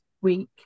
week